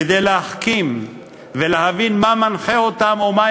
כדי להחכים ולהבין מה מנחה אותם ומה